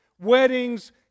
weddings